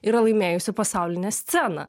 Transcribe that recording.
yra laimėjusi pasaulinę sceną